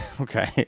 Okay